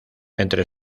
entre